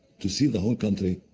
to see the whole country.